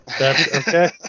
Okay